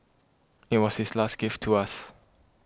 it was his last gift to us